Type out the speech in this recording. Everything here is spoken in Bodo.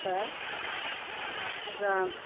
हो मोजां